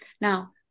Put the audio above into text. Now